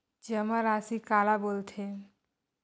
जमा राशि काला बोलथे?